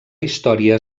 història